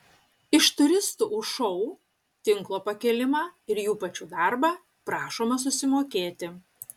iš turistų už šou tinklo pakėlimą ir jų pačių darbą prašoma susimokėti